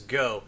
go